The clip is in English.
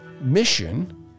mission—